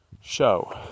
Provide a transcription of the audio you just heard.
show